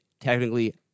technically